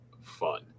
fun